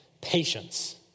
patience